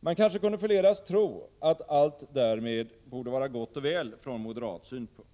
Man kanske kunde förledas tro att allt därmed borde vara gott och väl från moderat synpunkt.